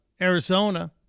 Arizona